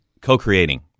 co-creating